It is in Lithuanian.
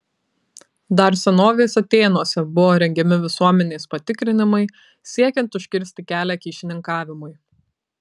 dar senovės atėnuose buvo rengiami visuomenės patikrinimai siekiant užkirsti kelią kyšininkavimui